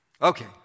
Okay